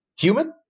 human